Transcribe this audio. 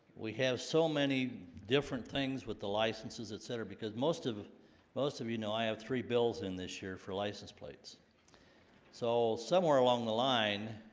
we have so many different things with the licenses etc because most of most of you know i have three bills in this year for license plates so somewhere along the line